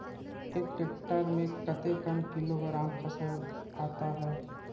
एक टेक्टर में कतेक किलोग्राम फसल आता है?